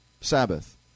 Sabbath